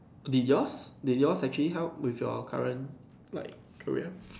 did yours did yours actually help with your current like career